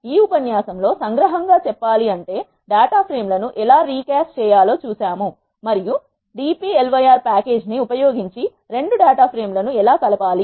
ఈ ఉపన్యాసం లో సంగ్రహంగా చెప్పాలంటే డేటా ఫ్రేమ్ లను ఎలా రీ క్యాస్ట్ చేయాలో చూసాము మరియుd dplyr ప్యాకేజ్ నీ ఉపయోగించి రెండు డేటా ఫ్రేమ్ లను ఎలా కలపాలి